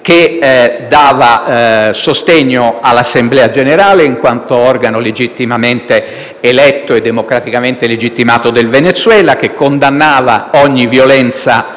che dava sostegno all'Assemblea nazionale in quanto organo legittimamente eletto e democraticamente legittimato del Venezuela, che condannava ogni violenza,